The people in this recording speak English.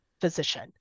physician